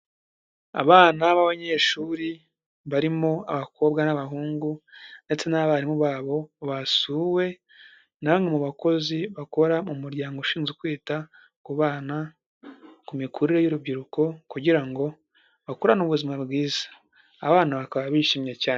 Abana b'abanyeshuri barimo abakobwa n'abahungu ndetse n'abarimu babo basuwe na bamwe mu bakozi bakora mu muryango ushinzwe kwita ku bana, ku mikurire y'urubyiruko, kugira ngo bakurane ubuzima bwiza. Abana bakaba bishimye cyane.